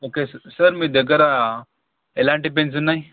okay sir sir మీ దగ్గర ఎలాంటి పెన్స్ ఉన్నాయి